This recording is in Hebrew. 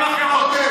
אותי.